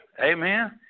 Amen